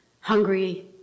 hungry